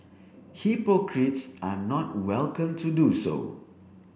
hypocrites are not welcome to do so